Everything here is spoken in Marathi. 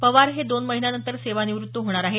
पवार हे दोन महिन्यांनंतर सेवानिवृत्त होणार आहेत